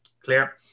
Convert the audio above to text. clear